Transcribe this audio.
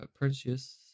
pernicious